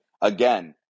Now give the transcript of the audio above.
Again